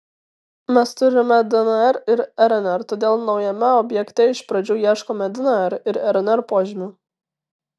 mes turime dnr ir rnr todėl naujame objekte iš pradžių ieškome dnr ir rnr požymių